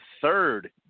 third